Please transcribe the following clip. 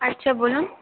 আচ্ছা বলুন